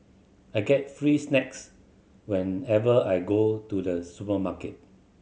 I get free snacks whenever I go to the supermarket